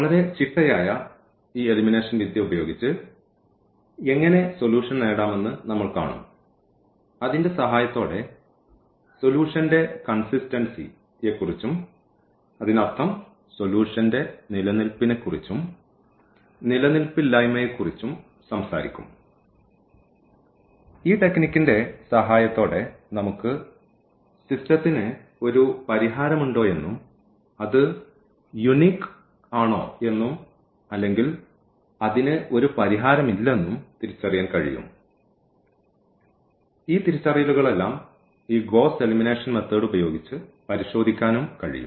വളരെ ചിട്ടയായ ഈ എലിമിനേഷൻ വിദ്യ ഉപയോഗിച്ച് എങ്ങനെ സൊല്യൂഷൻ നേടാമെന്ന് നമ്മൾ കാണും അതിന്റെ സഹായത്തോടെ സൊലൂഷന്റെ കൺസിസ്റ്റൻസി യെക്കുറിച്ചും അതിനർത്ഥം സൊലൂഷന്റെ നിലനിൽപ്പിനെക്കുറിച്ചും നിലനിൽപ്പില്ലായ്മയെക്കുറിച്ചും സംസാരിക്കും ഈ ടെക്നിക്ന്റെ സഹായത്തോടെ നമുക്ക് സിസ്റ്റത്തിന് ഒരു പരിഹാരമുണ്ടോയെന്നും അത് യൂണിക് ആണോ എന്നും അല്ലെങ്കിൽ അതിന് ഒരു പരിഹാരമില്ലെന്നും തിരിച്ചറിയാൻ കഴിയും ഈ തിരിച്ചറിയലുകളെല്ലാം ഈ ഗ്വോസ്സ് എലിമിനേഷൻ മെത്തേഡ് ഉപയോഗിച്ച് പരിശോധിക്കാനും കഴിയും